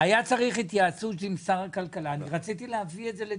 צריך שיבואו; רק שיחתמו.